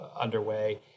underway